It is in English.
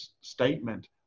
statement